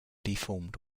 deformed